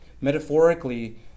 Metaphorically